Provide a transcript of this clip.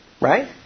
Right